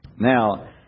Now